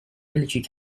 military